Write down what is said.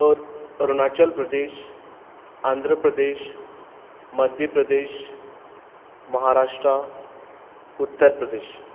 अ Arunachal Pradesh Andhra Pradesh Madhya Pradesh Maharashtra Uttar Pradesh